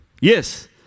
Yes